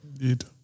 Indeed